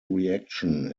reaction